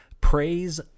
praise